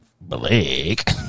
Blake